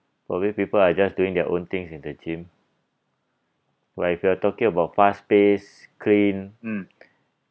maybe people are just doing their own things in the gym but if you're talking about fast pace clean